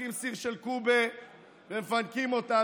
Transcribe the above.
לוקחים סיר של קובה ומפנקים אותם.